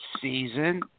season